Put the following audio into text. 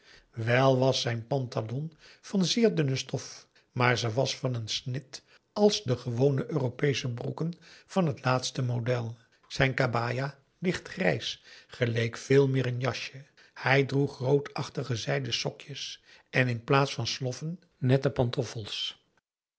maurits zijn pantalon van zeer dunne stof maar ze was van een snit als de gewone europeesche broeken van t laatst model zijn kabaja licht grijs geleek veel meer een jasje hij droeg roodachtige zijden sokjes en in plaats van sloffen nette pantoffels